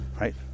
right